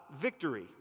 victory